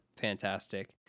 fantastic